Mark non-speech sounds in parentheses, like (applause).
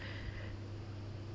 (breath)